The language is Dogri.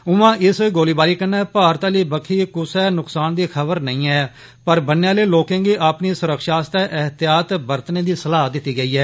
ऊआ इस गोलीबारी कन्नै भारत आली बक्खी कुसै नुक्सान दी खबर नेई ऐ पर ब'न्ने आले लोकें गी अपनी सुरक्षा आस्तै एहतियात बरतने दी सलाह दित्ती गेई ऐ